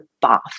bath